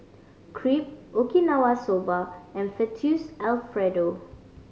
Crepe Okinawa Soba and Fettuccine Alfredo